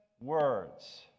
words